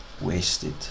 wasted